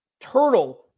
turtle